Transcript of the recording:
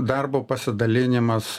darbo pasidalinimas